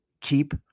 Keep